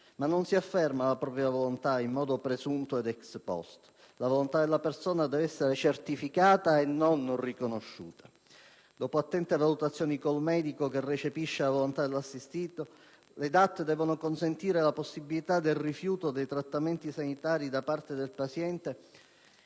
Ma non si afferma la propria volontà in modo presunto ed *ex post*. La volontà della persona deve essere certificata e non ricostruita. Dopo attente valutazioni con il medico, che recepisce la volontà dell'assistito, le DAT consentono invece la possibilità del rifiuto dei trattamenti sanitari da parte del paziente